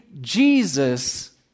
Jesus